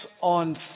on